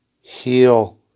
heal